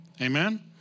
Amen